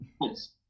Yes